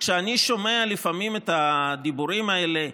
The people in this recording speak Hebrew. כשאני שומע לפעמים את הדיבורים האלה: